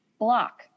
Block